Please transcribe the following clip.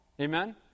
Amen